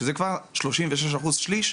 שזה כבר 36% שהם מהווים בעצם שליש אוכלוסייה,